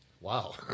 Wow